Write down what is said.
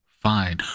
fine